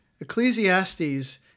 Ecclesiastes